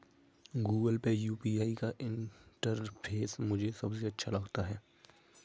Google Pay UPI का interface मुझे सबसे अच्छा लगता है